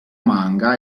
manga